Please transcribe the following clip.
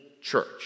church